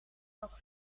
nog